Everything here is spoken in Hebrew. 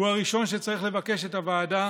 הוא הראשון שצריך לבקש את הוועדה,